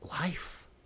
life